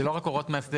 זה לא רק הוראות מאסדר.